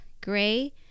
Gray